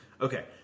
Okay